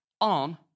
on